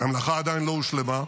המלאכה עדיין לא הושלמה.